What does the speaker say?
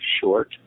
short